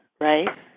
right